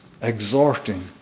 exhorting